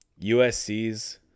USC's